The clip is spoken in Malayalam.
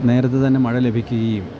നേരത്തെ തന്നെ മഴ ലഭിക്കുകയും